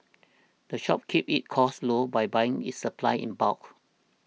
the shop keeps its costs low by buying its supplies in bulk